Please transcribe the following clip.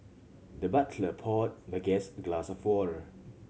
the butler poured the guest a glass of water